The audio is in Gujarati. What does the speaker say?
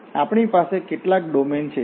તેથી આપણી પાસે કેટલાક ડોમેન છે